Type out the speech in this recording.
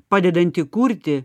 padedanti kurti